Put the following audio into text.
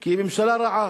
כי היא ממשלה רעה.